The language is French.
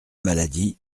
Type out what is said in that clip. maladie